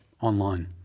online